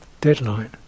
deadline